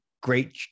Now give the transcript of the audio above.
great